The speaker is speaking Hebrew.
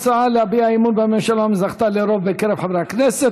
ההצעה להביע אי-אמון בממשלה אומנם לרוב בקרב חברי הכנסת